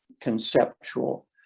conceptual